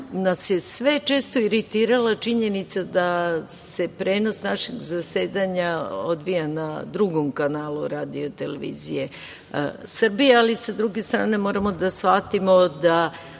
nas je sve često iritirala činjenica da se prenos našeg zasedanja odvija na Drugom kanalu RTS, ali sa druge strane moramo da shvatimo da